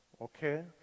okay